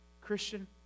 Christian